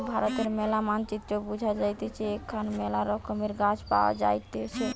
ভারতের ম্যালা মানচিত্রে বুঝা যাইতেছে এখানে মেলা রকমের গাছ পাওয়া যাইতেছে